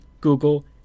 Google